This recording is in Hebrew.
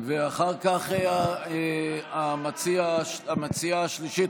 אחר כך המציעה השלישית,